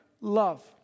love